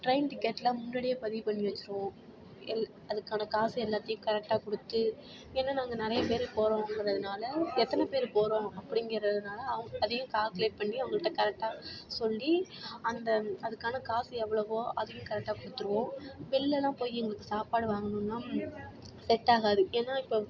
train டிக்கெட்டெலாம் முன்னாடியே பதிவுப் பண்ணி வெச்சுருவோம் எல் அதுக்கான காசு எல்லாத்தையும் கரெட்டாக கொடுத்து ஏன்னால் நாங்கள் நிறையப் பேர் போகிறோங்குறதுனால எத்தனைப் பேர் போகிறோம் அப்படிங்குறதுனால அவுங் அதையும் கால்குலேட் பண்ணி அவங்கள்ட்ட கரட்டாக சொல்லி அந்த அதுக்கான காசு எவ்வளவோ அதையும் கரெட்டாக கொடுத்துடுவோம் வெளிலலாம் போய் எங்களுக்கு சாப்பாடு வாங்கணும்னா செட் ஆகாது ஏன்னால் இப்போ